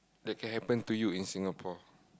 that can happen to you in Singapore